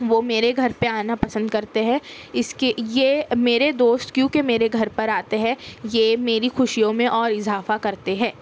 وہ میرے گھر پہ آنا پسند کرتے ہیں اِس کے یہ میرے دوست کیونکہ میرے گھر پر آتے ہیں یہ میری خوشیوں میں اور اضافہ کرتے ہیں